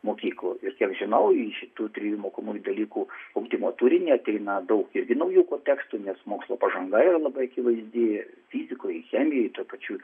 mokykloj ir kiek žinau iš šitų trijų mokomųjų dalykų ugdymo turinį ateina daugiau naujų kontekstų nes mokslo pažanga yra labai akivaizdi fizikoj chemijoj tuo pačiu